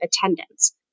attendance